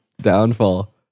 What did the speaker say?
downfall